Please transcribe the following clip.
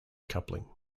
coupling